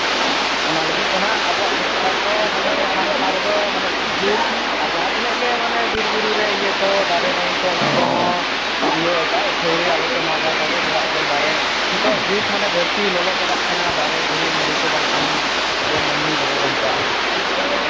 ᱚᱱᱟ ᱞᱟᱹᱜᱤᱫ ᱫᱚ ᱱᱟᱦᱟᱜ ᱟᱵᱚᱣᱟᱜ ᱥᱚᱨᱠᱟᱨ ᱫᱚ ᱢᱟᱱᱮ ᱚᱱᱟ ᱪᱮᱛᱟᱱ ᱨᱮᱫᱚ ᱢᱟᱱᱮ ᱠᱷᱩᱵᱽ ᱡᱳᱨ ᱟᱨ ᱡᱟᱦᱟᱸ ᱛᱤᱱᱟᱹᱜ ᱜᱮ ᱢᱟᱱᱮ ᱵᱤᱨᱼᱵᱩᱨᱩ ᱨᱮ ᱤᱭᱟᱹ ᱠᱚ ᱫᱟᱨᱮ ᱱᱟᱹᱲᱤ ᱠᱚ ᱚᱱᱟ ᱠᱚ ᱦᱚᱸ ᱤᱭᱟᱹ ᱠᱟᱜᱼᱟᱭ ᱟᱹᱛᱷᱟᱹᱲᱤ ᱟᱞᱚ ᱯᱮ ᱢᱟᱜᱟ ᱛᱟᱵᱚᱱ ᱪᱮᱫᱟᱜ ᱥᱮ ᱫᱟᱨᱮ ᱱᱤᱛᱚᱜ ᱡᱩᱜᱽ ᱢᱟᱱᱮ ᱫᱷᱟᱹᱨᱛᱤ ᱞᱚᱞᱚ ᱪᱟᱵᱟᱜ ᱠᱟᱱᱟ ᱫᱟᱨᱮ ᱫᱷᱤᱨᱤ ᱠᱚ ᱵᱟᱝᱠᱷᱟᱱ ᱟᱵᱚ ᱢᱟᱹᱱᱢᱤ ᱵᱟᱵᱚ ᱵᱟᱧᱪᱟᱜᱼᱟ